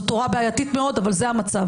זאת תורה בעייתית מאוד, אבל זה המצב.